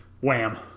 Wham